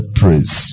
praise